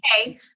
okay